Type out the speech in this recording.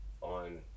on